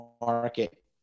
market